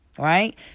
right